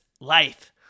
life